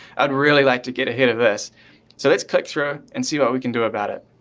i'll really like to get ahead of this so let's click through and see what we can do about it.